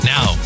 Now